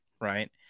Right